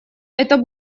это